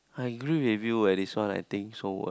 I agree with you eh this one I think so ah